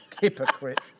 hypocrite